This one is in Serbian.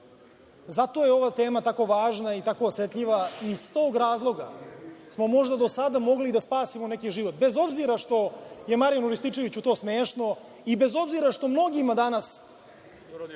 Zato je ova tema tako važna i tako osetljiva i iz tog razloga smo možda do sada mogli da spasimo neki život, bez obzira što je Marijanu Rističeviću to smešno i bez obzira što mnogima danas